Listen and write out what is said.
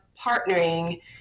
partnering